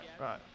right